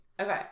okay